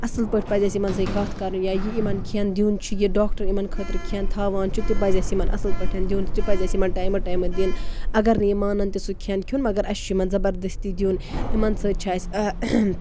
اَصٕل پٲٹھۍ پَزِ اَسہِ یِمن سۭتۍ کَتھ کَرٕنۍ یا یہِ یِمن کھٮ۪ن دیُن چھُ یہِ ڈاکٹر یِمن خٲطرٕ کھٮ۪ن تھاوان چھُ تہِ پَزِ اَسہِ یِمن اَصٕل پٲٹھۍ دیُن تہِ پَزِ اَسہِ یِمن ٹایمہٕ ٹایمہٕ دیُن اَگر نہٕ یِم مانَن تہِ سُہ کھٮ۪ن کھیوٚن مَگر اَسہِ چھُ یِمن زَبردستی دیُن یِمن سۭتۍ چھےٚ اَسہِ